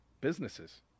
businesses